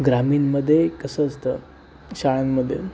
ग्रामीणमध्ये कसं असतं शाळांमध्ये